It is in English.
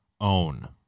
own